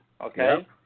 Okay